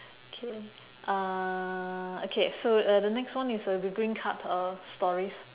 K uh okay so uh the next one is uh the green card uh stories